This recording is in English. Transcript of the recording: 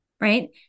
right